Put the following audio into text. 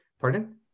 Pardon